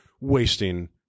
wasting